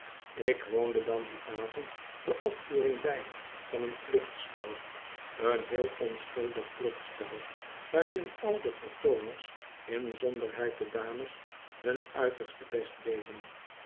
ik woonde dan dien avond de opvoering bij van een kluchtspel een heel onschuldig kluchtspel waarin al de vertooners inzonderheid de dames hun uiterste best deden